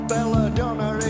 Belladonna